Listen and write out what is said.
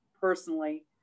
personally